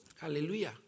hallelujah